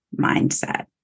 mindset